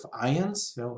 ions